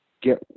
get